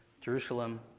Jerusalem